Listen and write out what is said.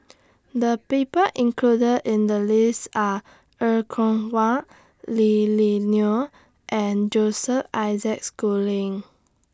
The People included in The list Are Er Kwong Wah Lily Neo and Joseph Isaac Schooling